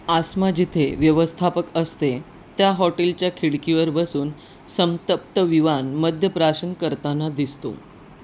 आस्मा जिथे व्यवस्थापक असते त्या हॉटेलच्या खिडकीवर बसून संतप्त विवान मद्य प्राशन करताना दिसतो